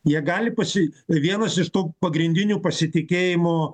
jie gali pasi vienas iš tų pagrindinių pasitikėjimo